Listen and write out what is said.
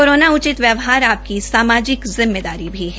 corona उचित व्यवहार आपकी समाजिक जिम्मेदारी भी है